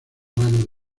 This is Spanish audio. mano